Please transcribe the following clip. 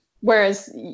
Whereas